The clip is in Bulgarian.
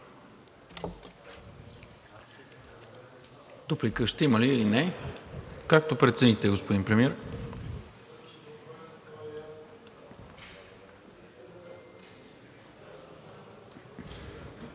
Дуплика ще има ли, или не? Както прецените, господин Премиер.